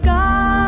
God